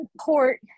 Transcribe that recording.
Support